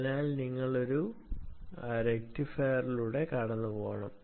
അതിനാൽ ഇത് ഒരു റക്റ്റിഫയറിലൂടെ കടന്നുപോകണം